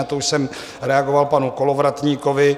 Na to už jsem reagoval panu Kolovratníkovi.